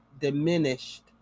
diminished